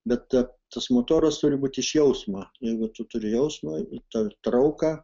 bet tas motoras turi būt iš jausmo jeigu tu turi jausmą tą trauką